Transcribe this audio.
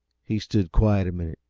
he stood quiet a minute,